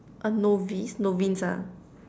a novice novice ah